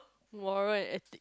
moral and ethic